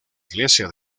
iglesia